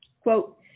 Quote